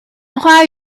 花园